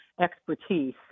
expertise